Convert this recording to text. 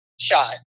shot